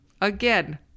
again